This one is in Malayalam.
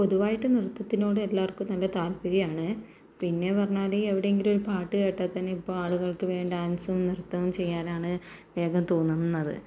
പൊതുവായിട്ട് നൃത്തത്തിനോട് എല്ലാവർക്കും നല്ല താത്പര്യം ആണ് പിന്നെ പറഞ്ഞാൽ എവിടെയെങ്കിലും ഒരു പാട്ട് കേട്ടാൽ തന്നെ ഇപ്പോൾ ആളുകൾക്ക് വേഗം ഡാൻസും നൃത്തവും ചെയ്യാനാണ് വേഗം തോന്നുന്നത്